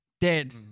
Dead